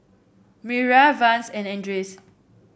Mariyah Vance and Andres